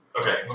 Okay